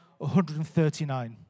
139